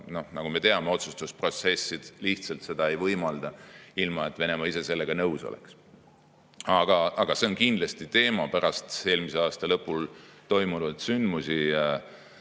nagu me teame, otsustusprotsessid lihtsalt seda ei võimalda, ilma et Venemaa ise sellega nõus oleks. Aga see on kindlasti teema pärast eelmise aasta lõpul toimunud sündmusi